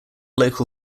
local